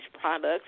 products